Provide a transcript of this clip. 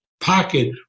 pocket